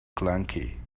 clunky